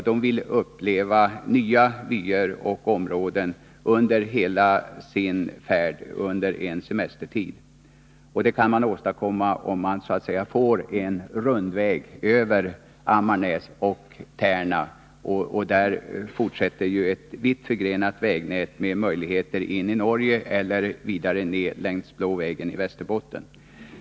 De vill under sin semestertid där uppe uppleva nya vyer och nya områden under hela sin färd. Detta kan man åstadkomma med en ”rundväg” över Ammarnäs och Tärna. Där finns ju sedan ett vitt förgrenat vägnät med möjligheter till färder in i Norge eller vidare ner längs Blå vägen i Västerbotten.